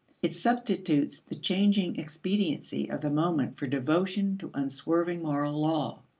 it substitutes the changing expediency of the moment for devotion to unswerving moral law.